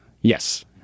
Yes